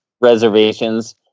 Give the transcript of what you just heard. reservations